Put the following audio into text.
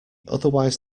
otherwise